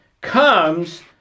comes